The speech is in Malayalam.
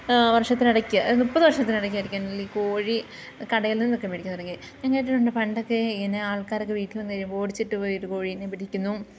വർഷത്തിനിടക്ക് മുപ്പത് വർഷത്തിനിടക്കായിരിക്കും ഈ കോഴി കടയിൽ നിന്നൊക്കെ മേടിക്കൻ തുടങ്ങിയത് ഞാൻ കേട്ടിട്ടുണ്ട് പണ്ടൊക്കെ ഇങ്ങനെ ആൾക്കാരൊക്കെ വീട്ടിൽ വന്നു കഴിയുമ്പോൾ ഓടിച്ചിട്ട് പോയിട്ട് കോഴീനെ പിടിക്കുന്നു